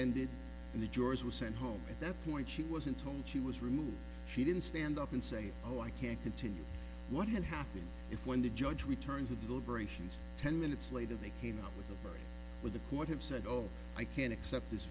ended and the jurors were sent home at that point she wasn't told she was removed she didn't stand up and say oh i can't continue what had happened if when the judge returned to deliberations ten minutes later they came up with with the court have said all i can accept this